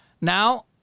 Now